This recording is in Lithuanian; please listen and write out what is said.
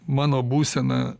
mano būsena